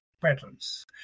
patterns